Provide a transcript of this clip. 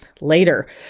later